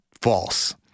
false